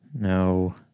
No